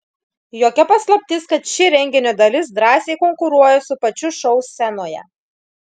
jokia paslaptis kad ši renginio dalis drąsiai konkuruoja su pačiu šou scenoje